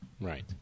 Right